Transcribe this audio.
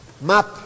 Map